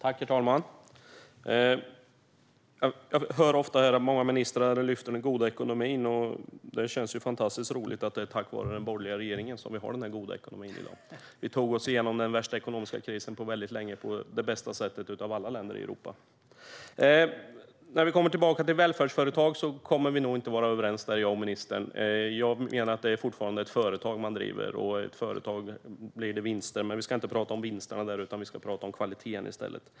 Herr talman! Jag hör ofta ministrar ta upp den goda ekonomin, och det känns ju fantastiskt roligt att det är tack vare den borgerliga regeringen vi har den goda ekonomin i dag. Den värsta ekonomiska krisen på väldigt länge tog vi oss igenom bäst av alla länder i Europa. När det gäller välfärdsföretag kommer jag och ministern nog inte att vara överens. Jag menar att det fortfarande är ett företag man driver, och i ett företag blir det vinster. Vi ska dock inte tala om vinsterna utan om kvaliteten.